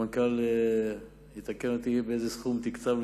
המנכ"ל יתקן אותי באיזה סכום תקצבנו,